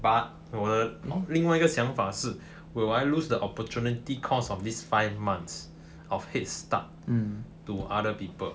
but 我的另外一个想法是 will I lose the opportunity cost of these five months of headstart to other people